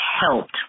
helped